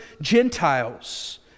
Gentiles